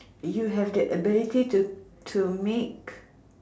you have the ability to to make